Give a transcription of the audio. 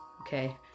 okay